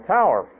Tower